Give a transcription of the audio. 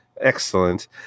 excellent